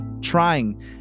trying